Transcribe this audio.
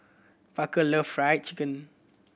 Parker love Fried Chicken